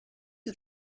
you